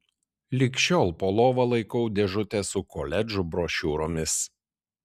lig šiol po lova laikau dėžutę su koledžų brošiūromis